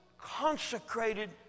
consecrated